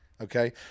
Okay